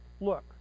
look